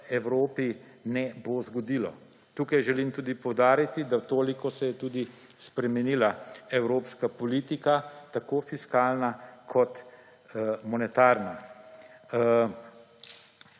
Evropi ne bo zgodilo. Tukaj želim tudi poudariti, da toliko se je tudi spremenila evropska politika, tako fiskalna kot monetarna.